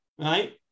Right